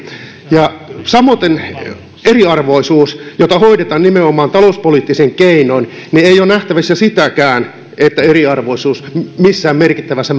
ja samoiten eriarvoisuus jota hoidetaan nimenomaan talouspoliittisin keinoin ei ole nähtävissä sitäkään että eriarvoisuus missään merkittävässä